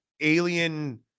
alien